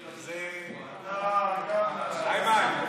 איימן,